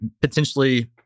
potentially